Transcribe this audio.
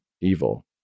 evil